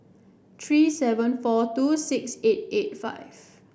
three seven four two six eight eight five